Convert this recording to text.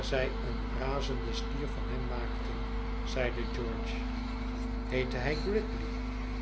zij een razenden stier van hem maakten zeide george heette hij gridley